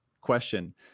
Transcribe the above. question